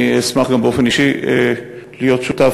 אני אשמח גם באופן אישי להיות שותף,